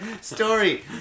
story